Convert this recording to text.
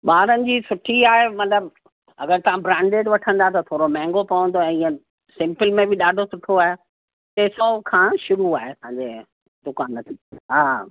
ॿारनि जी सुठी आहे मतिलबु अगरि तव्हां ब्रांडेड वठंदा त थोरो महांगो पवंदो ऐं इअं सिम्पल में बि ॾाढो सुठो आहे टे सौ खां शुरू आहे असांजे दुकान ते हा